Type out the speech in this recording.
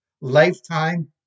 lifetime